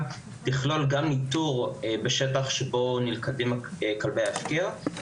תכלול גם ניטור בשטח שבו נלכדים כלבי ההפקר,